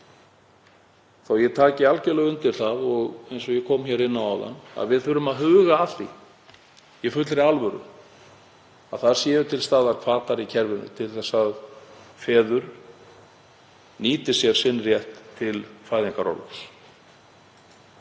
að ég taki algjörlega undir það, eins og ég kom inn á áðan, að við þurfum að huga að því í fullri alvöru að það séu til staðar hvatar í kerfinu til að feður nýti sér rétt sinn til fæðingarorlofs.